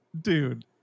Dude